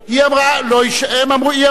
לא, היא אמרה גם שירות אזרחי.